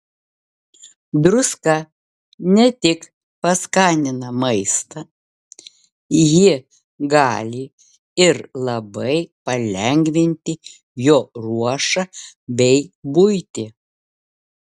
druska ne tik paskanina maistą ji gali ir labai palengvinti jo ruošą bei buitį